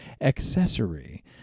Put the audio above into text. accessory